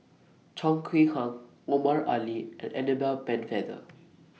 Chong Kee Hiong Omar Ali and Annabel Pennefather